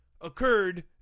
occurred